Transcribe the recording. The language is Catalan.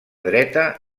dreta